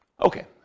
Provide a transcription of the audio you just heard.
Okay